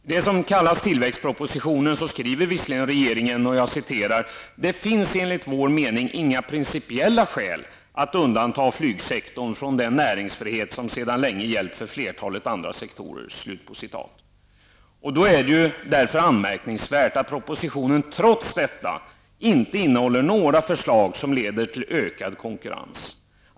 I det som kallas tillväxtpropositionen skriver visserligen regeringen: ''Det finns enligt vår mening inga principiella skäl att undanta flygsektorn från den näringsfrihet som sedan länge gällt för flertalet andra sektorer.'' Det är därför anmärkningsvärt att propositionen trots detta inte innehåller några förslag som leder till ökad konkurrens.